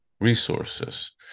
resources